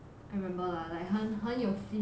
I remember lah like 很很有 feel